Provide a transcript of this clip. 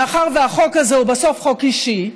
מאחר שהחוק הזה הוא בסוף חוק אישי,